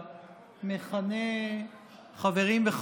התרבות